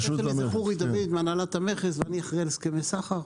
חורי דוד מהנהלת המכס ואני אחראי להסכמי סחר.